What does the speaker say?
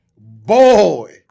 Boy